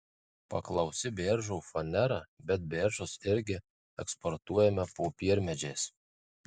paklausi beržo fanera bet beržus irgi eksportuojame popiermedžiais